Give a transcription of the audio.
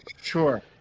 Sure